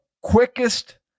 quickest